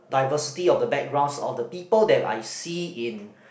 diversity of the background of the people that I see in